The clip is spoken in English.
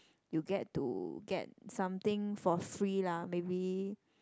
you get to get something for free lah maybe